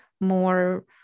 more